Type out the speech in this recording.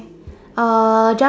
uh ju